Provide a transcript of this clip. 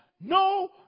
no